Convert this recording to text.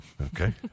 Okay